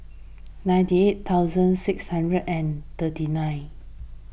ninety eight thousand six hundred and thirty nine